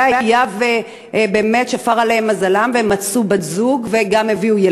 והיה ובאמת שפר עליהם מזלם והם מצאו בת-זוג וגם הביאו ילדים,